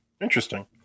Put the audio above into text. Interesting